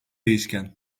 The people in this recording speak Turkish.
değişken